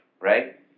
right